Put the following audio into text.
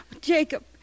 Jacob